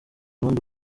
ubundi